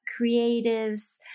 creatives